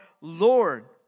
Lord